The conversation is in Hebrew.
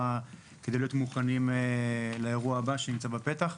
כדי להיות מוכנים לאירוע הבא שנמצא בפתח.